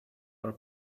are